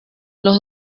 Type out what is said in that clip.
los